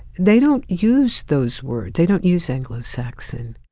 they don't use those words. they don't use anglo-saxon.